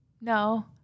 No